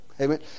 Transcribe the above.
Amen